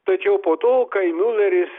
tačiau po to kai muleris